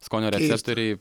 skonio receptoriai